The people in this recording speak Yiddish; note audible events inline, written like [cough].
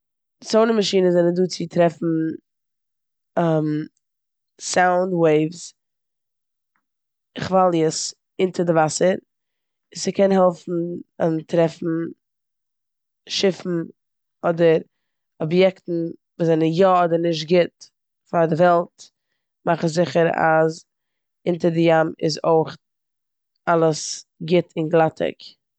סאולער מאשינען זענען דא צו טרעפן [hesitation] סאונד וועיווס- כוואליעס אונטער די וואסער. ס'קען העלפן [hesitation] טרעפן שיפן אדער אביעקטן וואס זענען יא אדער נישט גוט פאר די וועלט, מאכן זיכער אז אונטער די ים איז אויך אלעס גוט און גלאטיג.